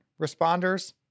responders